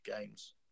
games